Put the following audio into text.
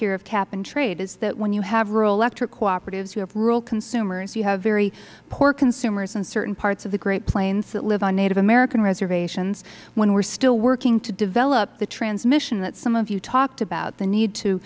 here of cap and trade that when you have rural electric cooperatives you have rural consumers you have very poor consumers in certain parts of the great plains that live on native american reservations when we are still working to develop the transmission that some of you talked about the need to